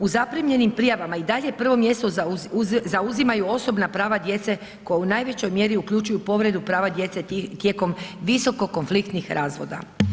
U zaprimljenim prijavama i dalje prvo mjesto zauzimaju osobna prava djece koja u najvećoj mjeri uključuju povredu prava djece tijekom visoko konfliktnih razvoda.